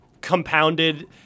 compounded